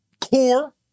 core